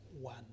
one